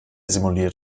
simuliert